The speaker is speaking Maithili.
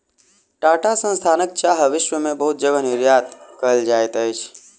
टाटा संस्थानक चाह विश्व में बहुत जगह निर्यात कयल जाइत अछि